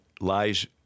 lies